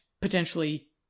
potentially